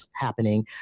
happening